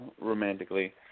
romantically